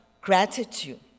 gratitude